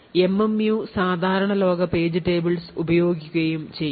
MMU സാധാരണ ലോക page tables ഉപയോഗിക്കുകയും ചെയ്യും